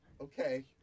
Okay